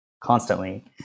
constantly